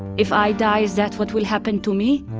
if i die, is that what will happen to me?